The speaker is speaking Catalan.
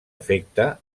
efecte